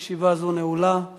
הצעת החוק תועבר לדיון בוועדה לקידום